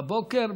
בבוקר,